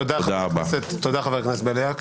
תודה רבה.